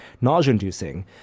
nausea-inducing